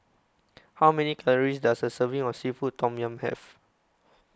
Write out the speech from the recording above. How Many Calories Does A Serving of Seafood Tom Yum Have